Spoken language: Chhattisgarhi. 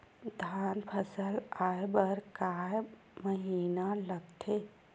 धान फसल आय बर कय महिना लगथे?